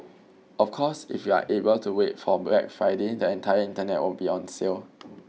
of course if you are able to wait for Black Friday the entire internet will be on sale